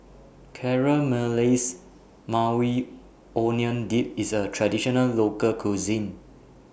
Caramelized Maui Onion Dip IS A Traditional Local Cuisine